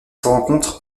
rencontre